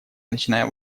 начиная